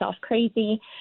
crazy